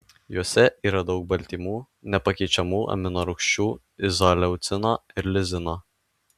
juose yra daug baltymų nepakeičiamų aminorūgščių izoleucino ir lizino